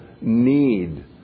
need